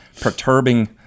perturbing